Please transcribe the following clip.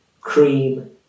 cream